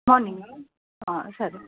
మార్నింగా సరే